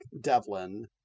Devlin